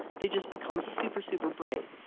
they just become super super bright.